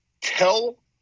tell